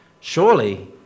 Surely